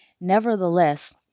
Nevertheless